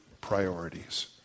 priorities